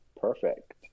perfect